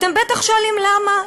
אתם בטח שואלים: למה?